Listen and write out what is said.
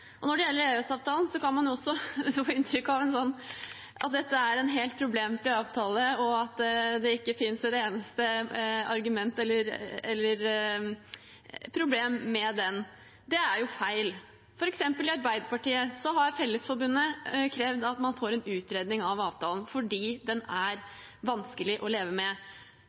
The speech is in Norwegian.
Når det gjelder EØS-avtalen, kan man få inntrykk av at dette er en helt problemfri avtale, og at det ikke finnes et eneste problem med den. Det er feil. For eksempel har Fellesforbundet krevd at man får en utredning av avtalen fordi den er vanskelig å leve med.